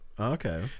Okay